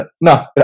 No